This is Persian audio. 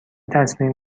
تصمیم